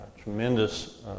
Tremendous